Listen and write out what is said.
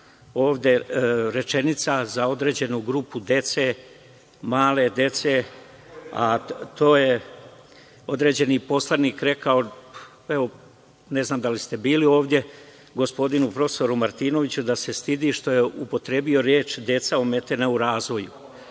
ovde, za određenu grupu male dece. Određeni poslanik je rekao, ne znam da li ste bili ovde, gospodinu prof. Martinoviću da se stidi što je upotrebio reč deca ometena u razvoju. Kao